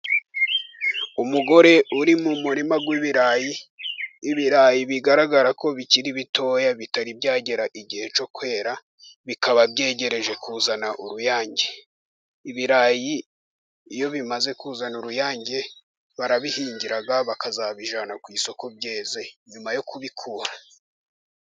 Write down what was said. Umugore uri mu murima w' ibirayi; ibirayi bigaragara ko bikiri bitoya bitari byagera igihe cyo kwera, bikaba byegereje kuzana uruyange; ibirayi iyo bimaze kuzana uruyange, barabihingira bakazabijyana ku isoko byeze nyuma yo kubikura.